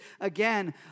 again